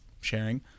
sharing